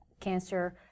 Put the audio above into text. cancer